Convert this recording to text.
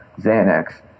xanax